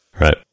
right